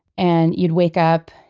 and you'd wake up,